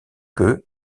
que